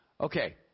Okay